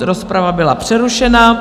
Rozprava byla přerušena.